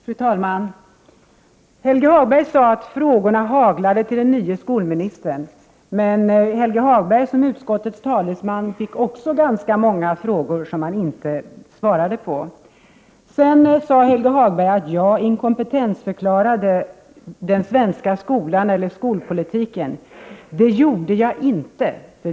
Fru talman! Helge Hagberg sade att frågorna haglade till den nye skolministern. Men Helge Hagberg som utskottets talesman fick också ganska många frågor, som han inte svarade på. Sedan sade Helge Hagberg att jag inkompetensförklarade den svenska skolan eller skolpolitiken. Det gjorde jag inte.